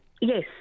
Yes